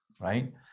Right